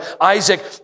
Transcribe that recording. Isaac